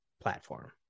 platform